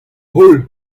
holl